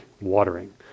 Watering